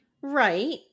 Right